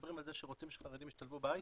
מדברים על זה שרוצים שחרדים ישתלבו בהייטק,